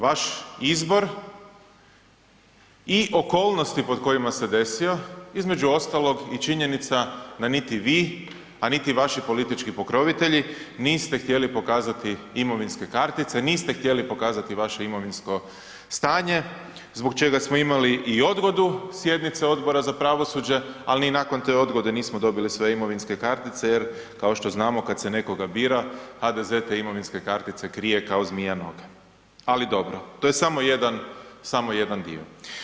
Vaš izbor i okolnosti pod kojima se desio, između ostalog i činjenica da niti vi pa niti vaši politički pokrovitelji, niste htjeli pokazati imovinske kartice, niste htjeli pokazati vaše imovinsko stanje zbog čega smo imali i odgodu sjednice odbora za pravosuđe ali i nakon te odgode nismo dobili sve imovinske kartice jer kao što znamo kad se nekoga bira, HDZ te imovinske kartice krije kao zmija noge, ali dobro, to je samo jedan dio.